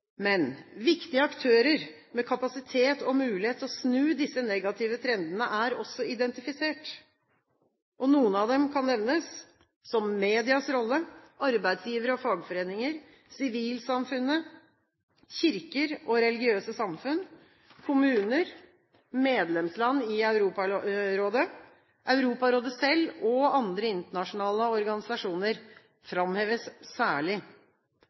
Men viktige aktører med kapasitet og mulighet til å snu disse negative trendene er også identifisert. Noen av dem kan nevnes: medias rolle, arbeidsgivere og fagforeninger, sivilsamfunnet, kirker og religiøse samfunn, kommuner, medlemsland i Europarådet – Europarådet selv og andre internasjonale organisasjoner framheves særlig.